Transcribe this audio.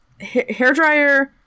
hairdryer